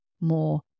more